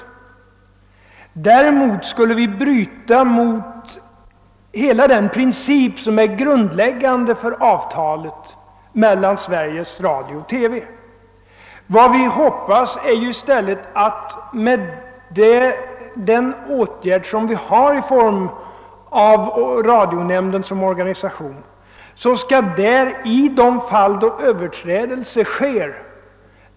Däremot skulle vi genom tillsättande av en sådan nämnd bryta möt hela den princip som är grundläggande för avtalet med Sveriges Radio. Vad vi hoppas är i stället att den organisation som redan finns, nämligen radionämnden, skall vidta åtgärder i de fall då överträdelse sker.